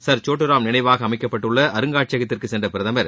sir Chhotu Ram நினைவாக அமைக்கப்பட்டுள்ள அருங்காட்சியகத்திற்கு சென்ற பிரதமர்